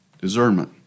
Discernment